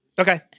Okay